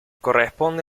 corresponde